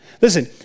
Listen